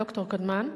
ד"ר קדמן.